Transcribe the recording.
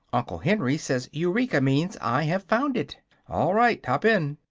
uncle henry says eureka means i have found it all right hop in.